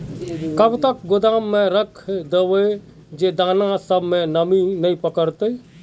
कब तक गोदाम में रख देबे जे दाना सब में नमी नय पकड़ते?